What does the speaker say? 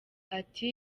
ati